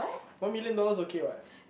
one million dollar is okay what